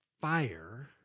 fire